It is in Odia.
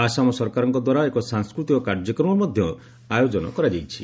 ଆସାମ ସରକାରଙ୍କ ଦ୍ୱାରା ଏକ ସାଂସ୍କୃତିକ କାର୍ଯ୍ୟକ୍ରମର ମଧ୍ୟ ଆୟୋଜନ କରାଯାଇଛି